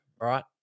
right